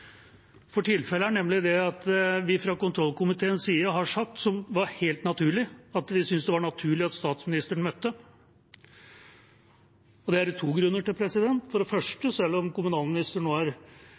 for tilfellet er nemlig det at vi fra kontrollkomiteens side har sagt, som var helt naturlig, at vi synes det var naturlig at statsministeren møtte. Det er det to grunner til. For det første,